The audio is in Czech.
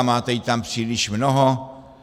Máte jí tam příliš mnoho!